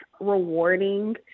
rewarding